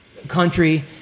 country